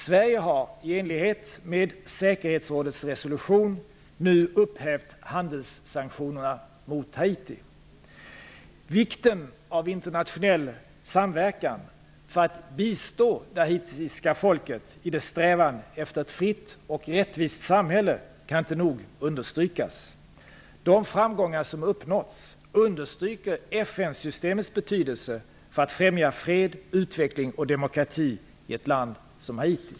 Sverige har, i enlighet med säkerhetsrådets resolution, nu upphävt handelssanktionerna mot Haiti. Vikten av internationell samverkan för att bistå det haitiska folket i dess strävan efter ett fritt och rättvist samhälle kan inte nog understrykas. De framgångar som uppnåtts understryker FN-systemets betydelse för att främja fred, utveckling och demokrati i ett land som Haiti.